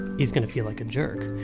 he's going to feel like a jerk.